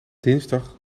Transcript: dinsdag